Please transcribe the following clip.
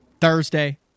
thursday